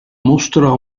mostra